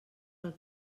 pel